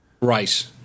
right